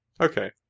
Okay